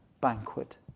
banquet